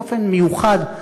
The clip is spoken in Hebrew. באופן מיוחד,